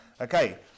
Okay